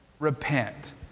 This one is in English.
repent